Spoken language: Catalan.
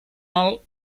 alt